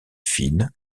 fine